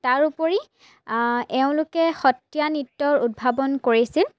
তাৰোপৰি এওঁলোকে সত্ৰীয়া নৃত্যৰ উদ্ভাৱন কৰিছিল